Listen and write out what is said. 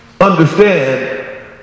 understand